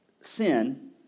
sin